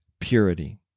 purity